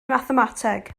mathemateg